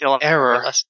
error